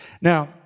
Now